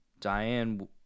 Diane